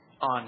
on